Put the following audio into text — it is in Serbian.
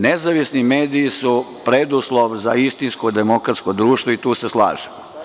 Nezavisni mediji su preduslov za istinsko demokratsko društvo i tu se slažemo.